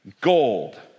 gold